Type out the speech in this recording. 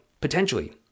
potentially